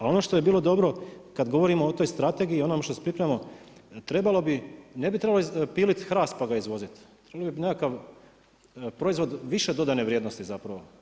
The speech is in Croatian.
A ono što je bilo dobro, kada govorimo o toj strategiji i onome što se pripremamo, trebalo bi, ne bi trebalo piliti hrast pa ga izvoziti, treba biti nekakav proizvod više dodatne vrijednost zapravo.